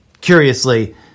curiously